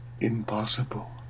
impossible